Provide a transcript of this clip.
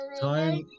time